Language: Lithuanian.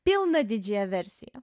pilną didžiąją versiją